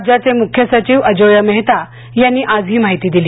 राज्याचे मुख्य सचिव अजोय मेहता यांनी आज हि माहिती दिली